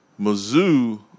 Mizzou